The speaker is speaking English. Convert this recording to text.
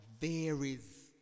varies